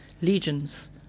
legions